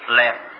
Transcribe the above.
left